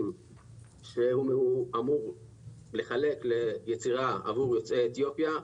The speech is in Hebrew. שהוא אמור לחלק ליצירה עבור יוצאי אתיופיה,